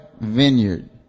vineyard